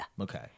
Okay